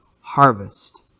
harvest